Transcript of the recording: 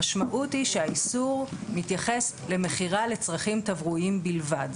המשמעות היא שהאיסור מתייחס למכירה לצרכים תברואיים בלבד,